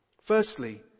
Firstly